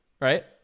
right